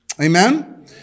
Amen